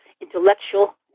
intellectual